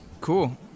Cool